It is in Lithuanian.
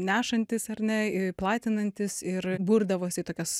nešantys ar ne i platinantys ir burdavos į tokias